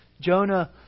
Jonah